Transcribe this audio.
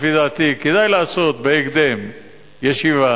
לפי דעתי, כדאי לעשות בהקדם ישיבה,